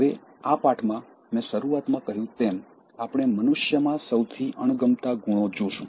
હવે આ પાઠમાં મેં શરૂઆતમાં કહ્યું તેમ આપણે મનુષ્યમાં સૌથી અણગમતાં ગુણો જોશું